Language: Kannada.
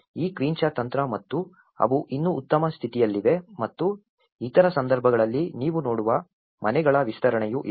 ಈ ಕ್ವಿಂಚಾ ತಂತ್ರ ಮತ್ತು ಅವು ಇನ್ನೂ ಉತ್ತಮ ಸ್ಥಿತಿಯಲ್ಲಿವೆ ಮತ್ತು ಇತರ ಸಂದರ್ಭಗಳಲ್ಲಿ ನೀವು ನೋಡುವ ಮನೆಗಳ ವಿಸ್ತರಣೆಯೂ ಇದೆ